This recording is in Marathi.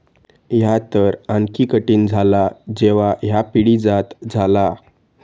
ह्या तर आणखी कठीण झाला जेव्हा ह्या पिढीजात झाला